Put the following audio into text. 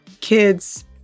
kids